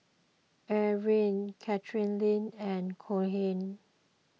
Erling Katheryn and Cohen